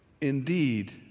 indeed